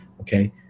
Okay